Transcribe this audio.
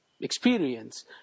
experience